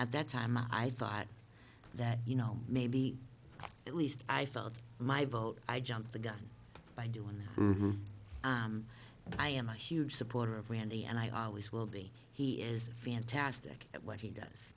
at that time i thought that you know maybe at least i felt my vote i jumped the gun by doing that i am a huge supporter of randy and i always will be he is fantastic at what he does